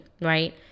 right